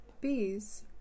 bees